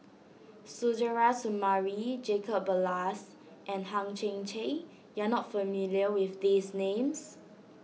Suzairhe Sumari Jacob Ballas and Hang Chang Chieh you are not familiar with these names